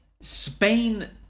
Spain